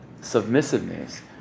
submissiveness